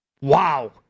Wow